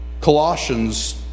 Colossians